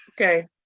Okay